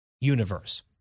universe